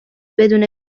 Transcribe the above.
بدون